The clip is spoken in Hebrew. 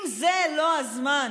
אם זה לא הזמן